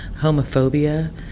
homophobia